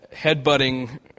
headbutting